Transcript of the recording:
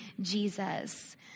Jesus